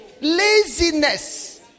Laziness